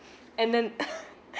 and then